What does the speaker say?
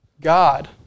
God